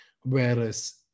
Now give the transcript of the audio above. Whereas